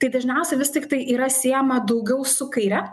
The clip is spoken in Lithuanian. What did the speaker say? tai dažniausia vis tiktai yra siejama daugiau su kaire